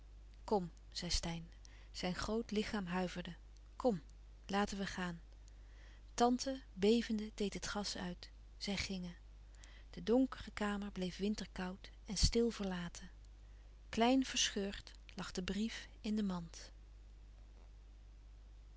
kom zei steyn zijn groot lichaam huiverde kom laten we gaan louis couperus van oude menschen de dingen die voorbij gaan tante bevende deed het gas uit zij gingen de donkere kamer bleef winterkoud en stil verlaten klein verscheurd lag de brief in de mand